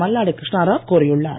மல்லாடி கிருஷ்ணா ராவ் கூறியுள்ளார்